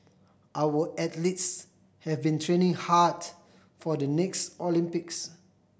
our athletes have been training hard for the next Olympics